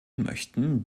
möchten